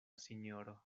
sinjoro